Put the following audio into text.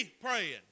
praying